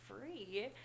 free